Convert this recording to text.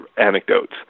anecdotes